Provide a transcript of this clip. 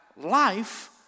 life